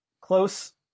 close